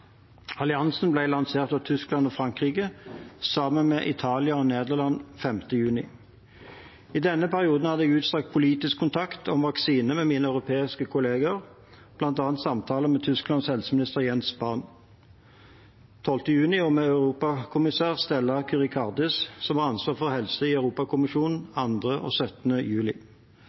Alliansen ble lansert av Tyskland og Frankrike sammen med Italia og Nederland 5. juni. I denne perioden hadde jeg utstrakt politisk kontakt om vaksiner med mine europeiske kolleger, bl.a. samtaler med Tysklands helseminister, Jens Spahn, 12. juni og med europakommissær Stella Kyriakides, som har ansvar for helse i Europakommisjonen, 2. og 17. juli.